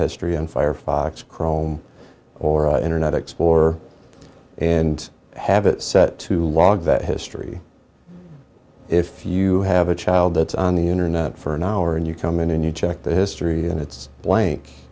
history and firefox chrome or internet explorer and have it set to log that history if you have a child that's on the internet for an hour and you come in and you check the history and it's blank